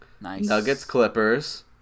Nuggets-Clippers